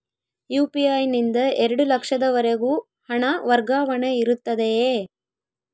UPI ನಿಂದ ಎರಡು ಲಕ್ಷದವರೆಗೂ ಹಣ ವರ್ಗಾವಣೆ ಇರುತ್ತದೆಯೇ?